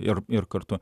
ir ir kartu